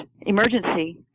emergency